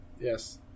Yes